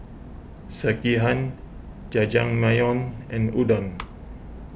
Sekihan Jajangmyeon and Udon